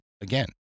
again